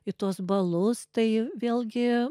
į tuos balus tai vėlgi